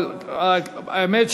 אבל האמת,